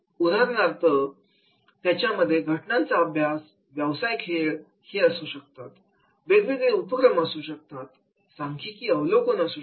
उदाहरणार्थ याच्यामध्ये घटनांचा अभ्यास व्यवसाय खेळ असू शकतात वेगवेगळे उपक्रम असू शकतात सांख्यिकी अवलोकन असू शकते